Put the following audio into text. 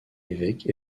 évêque